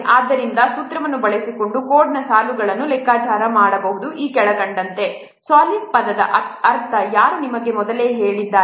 ಆದ್ದರಿಂದ ಸೂತ್ರವನ್ನು ಬಳಸಿಕೊಂಡು ಕೋಡ್ನ ಸಾಲುಗಳನ್ನು ಲೆಕ್ಕಾಚಾರ ಮಾಡಬಹುದು ಸಾಲಿಡ್ ಪದದ ಅರ್ಥಗಳನ್ನು ಯಾರು ನಿಮಗೆ ಮೊದಲೇ ಹೇಳಿದ್ದಾರೆ